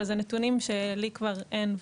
אבל אלה נתונים שלי כבר אין,